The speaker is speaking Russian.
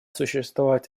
существовать